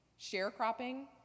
sharecropping